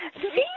See